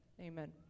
Amen